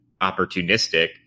opportunistic